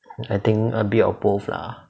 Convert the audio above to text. I think a bit of both lah